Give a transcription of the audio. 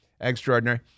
Extraordinary